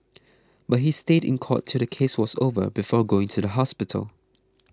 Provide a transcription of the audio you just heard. but he stayed in court till the case was over before going to the hospital